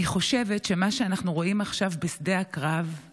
אני חושבת שמה שאנחנו רואים עכשיו בשדה הקרב הוא